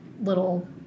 little